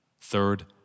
Third